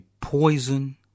poison